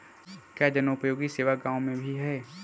क्या जनोपयोगी सेवा गाँव में भी है?